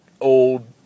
old